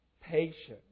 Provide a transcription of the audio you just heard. patience